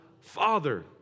Father